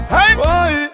Hey